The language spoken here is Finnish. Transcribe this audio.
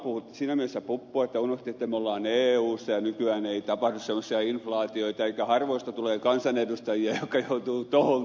puhuitte siinä mielessä puppua että unohditte että me olemme eussa ja nykyään ei tapahdu sellaisia inflaatioita ja harvoista tulee kansanedustajia jotka joutuvat tuohon kierteeseen